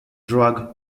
drug